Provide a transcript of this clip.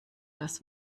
das